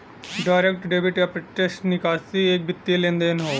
direct debit या प्रत्यक्ष निकासी एक वित्तीय लेनदेन हौ